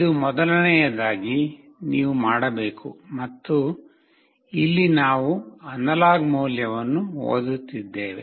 ಇದು ಮೊದಲನೆಯದಾಗಿ ನೀವು ಮಾಡಬೇಕು ಮತ್ತು ಇಲ್ಲಿ ನಾವು ಅನಲಾಗ್ ಮೌಲ್ಯವನ್ನು ಓದುತ್ತಿದ್ದೇವೆ